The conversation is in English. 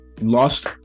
lost